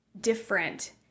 different